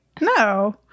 No